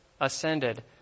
ascended